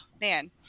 Man